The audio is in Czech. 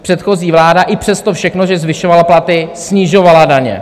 Předchozí vláda i přes to všechno, že zvyšovala platy, snižovala daně.